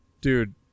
Dude